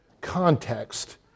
context